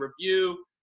review